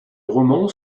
roman